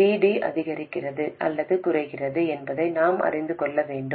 VD அதிகரிக்கிறது அல்லது குறைகிறது என்பதை நாம் அறிந்து கொள்ள வேண்டும்